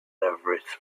everest